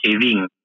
saving